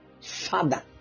Father